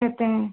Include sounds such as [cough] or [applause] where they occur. [unintelligible]